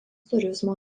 turizmo